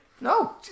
No